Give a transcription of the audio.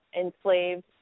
enslaved